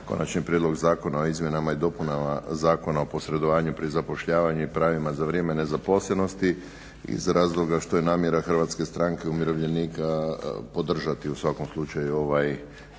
Konačni prijedlog Zakona o izmjenama i dopunama Zakona o posredovanju pri zapošljavanju i pravima za vrijeme nezaposlenosti iz razloga što je namjera Hrvatske stranke umirovljenika podržati u svakom slučaju ovaj Konačni